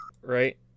right